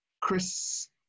Chris